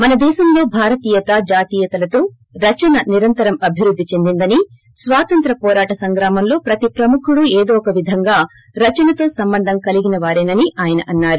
మన దేశంలో భారతీయత జాతీయతలతో రచన నీరంతరం అభివృద్ధి చెందిందని స్వాతంత్ర్ పోరాట సంగ్రామంలో ప్రతి ప్రముఖుడు ఏదో ఒక విధంగా రచనతో సంబంధం కలిగినవారేనని అన్నారు